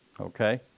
Okay